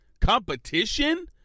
Competition